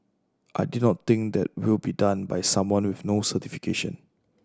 I do not think that will be done by someone with no certification